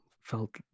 felt